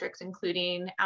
including